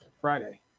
Friday